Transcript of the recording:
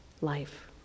life